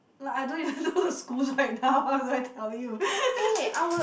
like I don't even know the schools right now how do I tell you